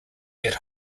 get